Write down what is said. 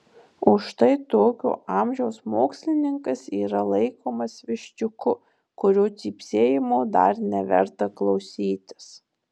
o štai tokio amžiaus mokslininkas yra laikomas viščiuku kurio cypsėjimo dar neverta klausytis